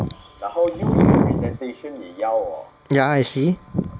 ya I see